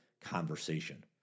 conversation